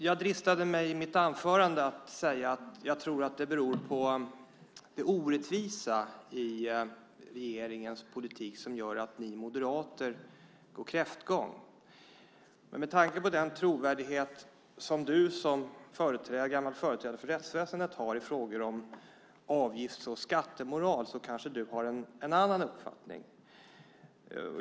Jag dristade mig i mitt anförande att säga att jag tror att det beror på det orättvisa i regeringens politik att ni moderater går kräftgång. Med tanke på den trovärdighet som du som gammal företrädare för rättsväsendet har i frågor om avgifts och skattemoral kanske du har en annan uppfattning.